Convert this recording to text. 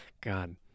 God